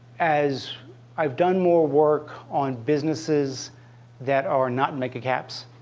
as i've done more work on businesses that are not making caps,